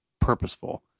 purposeful